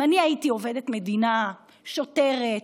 אם אני הייתי עובדת מדינה, שוטרת,